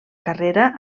carrera